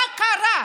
מה קרה?